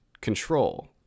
control